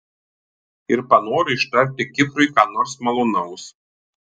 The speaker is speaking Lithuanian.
ir panoro ištarti kiprui ką nors malonaus